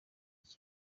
iki